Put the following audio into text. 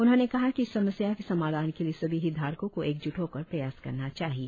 उन्होंने कहा कि इस समस्या के समाधान के लिए सभी हितधारकों को एक जूट होकर प्रयास करना चाहिए